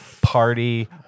Party